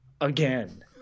again